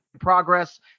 progress